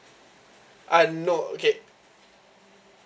uh no okay